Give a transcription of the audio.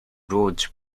roads